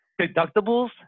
Deductibles